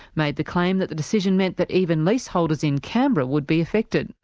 made the claim that the decision meant that even leaseholders in canberra would be affected.